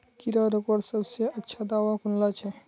कीड़ा रोकवार सबसे अच्छा दाबा कुनला छे?